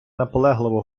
наполегливо